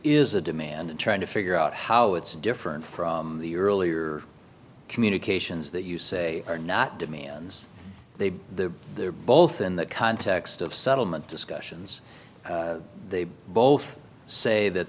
is a demand and trying to figure out how it's different from the earlier communications that you say are not demand they've the they're both in that context of settlement discussions they both say that